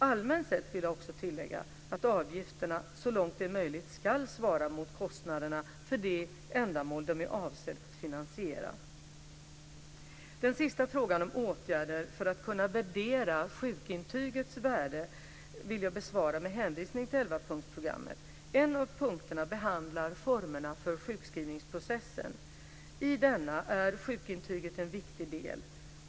Allmänt sett vill jag också tillägga att avgifterna så långt det är möjligt ska svara mot kostnaderna för det ändamål de är avsedda att finansiera. Den sista frågan om åtgärder för att kunna värdera sjukintygets värde vill jag besvara med hänvisning till 11-punktsprogrammet. En av punkterna behandlar formerna för sjukskrivningsprocessen. I denna är sjukintyget en viktig del.